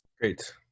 Great